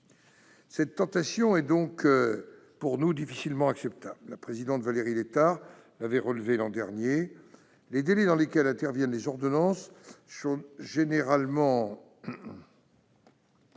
Cette tentation de la facilité est donc difficilement acceptable. La présidente Valérie Létard l'avait relevé l'an dernier : les délais dans lesquels interviennent les ordonnances sont généralement